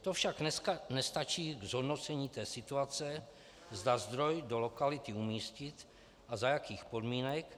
To však nestačí ke zhodnocení situace, zda zdroj do lokality umístit a za jakých podmínek.